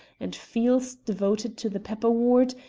and fields devoted to the pepper-wort,